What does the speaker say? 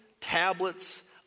tablets